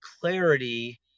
clarity